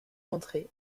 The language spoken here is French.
rentré